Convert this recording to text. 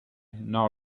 nor